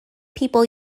people